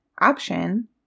option